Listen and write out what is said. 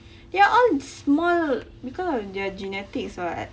they're all small because of their genetics [what]